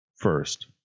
first